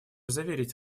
заверить